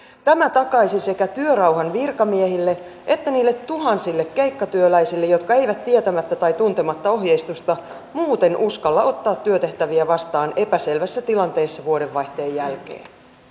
takaisi työrauhan sekä virkamiehille että niille tuhansille keikkatyöläisille jotka eivät tietämättä tai tuntematta ohjeistusta muuten uskalla ottaa työtehtäviä vastaan epäselvässä tilanteessa vuodenvaihteen jälkeen